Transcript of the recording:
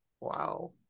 Wow